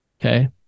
Okay